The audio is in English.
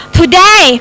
today